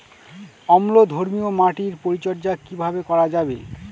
অম্লধর্মীয় মাটির পরিচর্যা কিভাবে করা যাবে?